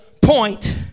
point